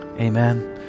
amen